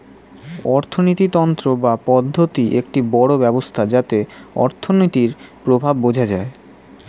অর্থিনীতি তন্ত্র বা পদ্ধতি একটি বড় ব্যবস্থা যাতে অর্থনীতির প্রভাব বোঝা যায়